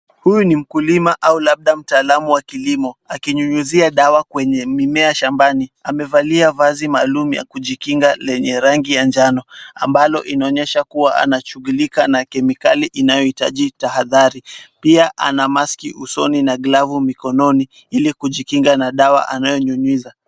Huyu ni mkulima au labda mtaalamu wa kilimo akinyunyuzia dawa kwenye mimea shambani, amevalia vazi maalum ya kujikinga lenye rangi ya njano ambalo inaonyesha kuwa anashughulika na kemikali inayohitaji tahadhari. Pia ana maski usoni na glavu mikononi ili kujikinga na dawa anayonyunyiza.